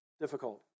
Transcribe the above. difficult